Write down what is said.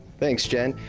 thanks, jen.